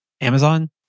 Amazon